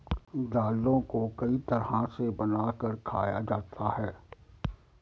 दालों को कई तरह से बनाकर खाया जाता है